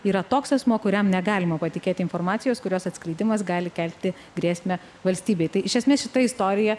yra toks asmuo kuriam negalima patikėti informacijos kurios atskleidimas gali kelti grėsmę valstybei tai iš esmės šita istorija